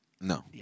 no